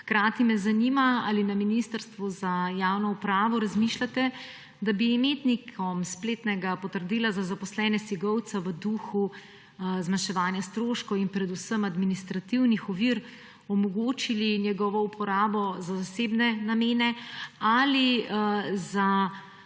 covid potrdila? Ali na Ministrstvu za javno upravo razmišljate, da bi imetnikom spletnega potrdila za zaposlene SIGOV-CA v duhu zmanjševanja stroškov in predvsem administrativnih ovir omogočili njegovo uporabo za zasebne namene tudi po